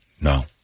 No